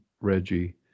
Reggie